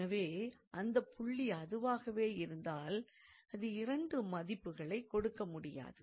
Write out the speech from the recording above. எனவே அந்தப்புள்ளி அதுவாகவே இருந்தால் அது இரண்டு மதிப்புகளைக் கொடுக்க முடியாது